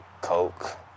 Coke